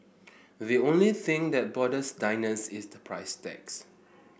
the only thing that bothers diners is the price tags